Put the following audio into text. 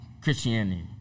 Christianity